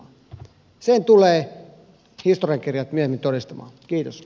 sen tulevat historiankirjat myöhemmin todistamaan